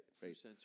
face